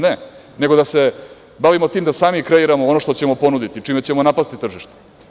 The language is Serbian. Ne, nego da se bavi time da sami kreiramo ono što ćemo ponuditi, čime ćemo napasti tržište.